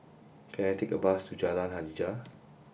can I take a bus to Jalan Hajijah